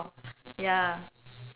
ya